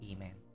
Amen